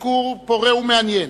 ביקור פורה ומעניין.